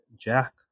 Jack